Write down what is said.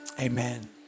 amen